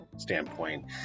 Standpoint